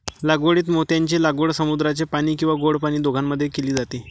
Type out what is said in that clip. लागवडीत मोत्यांची लागवड समुद्राचे पाणी किंवा गोड पाणी दोघांमध्ये केली जाते